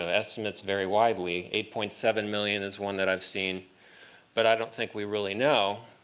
ah estimates vary widely eight point seven million is one that i've seen but i don't think we really know.